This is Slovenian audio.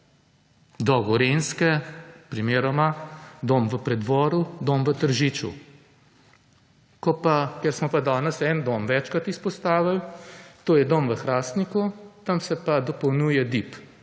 do gorenjske, primeroma, dom v Preddvoru, dom v Tržiču. Ko pa, ker smo pa danes en dom večkrat izpostavili, to je dom v Hrastniku, tam se pa dopolnjuje DIP